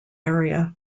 area